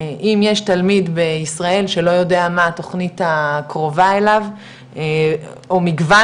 אם יש תלמיד בישראל שלא יודע מה התוכנית הקרובה אליו או מגוון